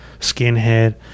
skinhead